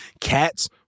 cats